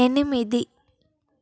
ఎనిమిది